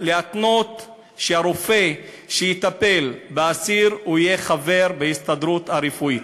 להתנות שהרופא שיטפל באסיר יהיה חבר בהסתדרות הרפואית.